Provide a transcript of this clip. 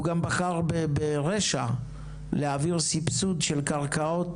הוא גם בחר ברשע להעביר סבסוד של קרקעות